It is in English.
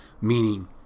meaning